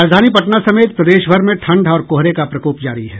राजधानी पटना समेत प्रदेशभर में ठंड और कोहरे का प्रकोप जारी है